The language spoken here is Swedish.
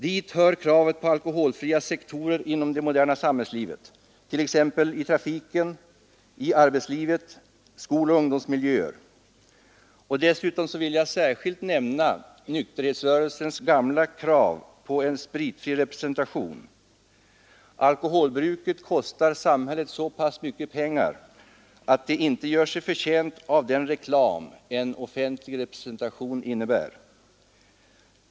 Dit hör kravet på alkoholfria sektorer inom det moderna samhällslivet — t.ex. i trafiken, i arbetslivet, i skoloch ungdomsmiljöer. Dessutom vill jag särskilt nämna nykterhetsrörelsens gamla krav på en spritfri representation. Alkoholbruket kostar samhället så pass mycket pengar, att det inte gör sig förtjänt av den reklam en offentlig representation innebär.